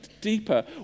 deeper